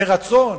מרצון,